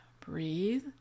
Breathe